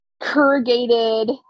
corrugated